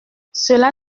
cela